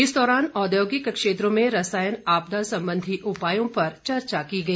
इस दौरान औद्योगिक क्षेत्रों में रसायन आपदा संबंधी उपायों पर चर्चा की गई